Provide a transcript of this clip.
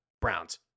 Browns